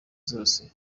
zose